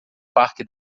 parque